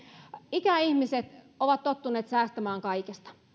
ikäihmiset ovat tottuneet säästämään kaikesta